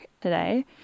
today